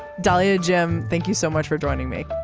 dalia. jim thank you so much for joining me.